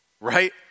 right